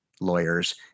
lawyers